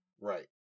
right